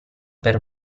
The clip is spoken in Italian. per